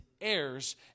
heirs